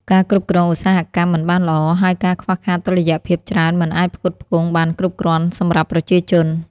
ការគ្រប់គ្រងឧស្សាហកម្មមិនបានល្អ ហើយការខ្វះខាតតុល្យភាពច្រើនមិនអាចផ្គត់ផ្គង់បានគ្រប់គ្រាន់សម្រាប់ប្រជាជន។